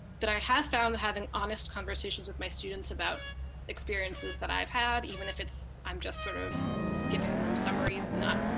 but i have found that having honest conversations with my students about experiences that i've had. even if it's, i'm just sort of giving them summaries. i'm not,